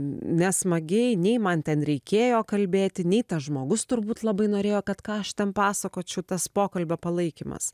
nesmagiai nei man ten reikėjo kalbėti nei tas žmogus turbūt labai norėjo kad ką aš ten pasakočiau tas pokalbio palaikymas